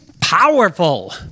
powerful